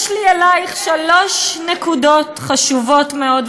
יש לי אלייך שלוש נקודות חשובות מאוד,